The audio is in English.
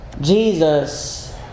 Jesus